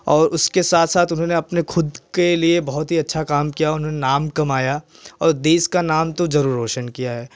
और उसके साथ साथ उन्होंने अपने खुद के लिए बहुत ही अच्छा काम किया उन्होंने नाम कमाया और देश का नाम तो ज़रूर रौशन किया है